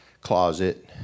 closet